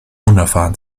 unerfahren